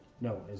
No